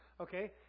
Okay